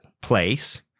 place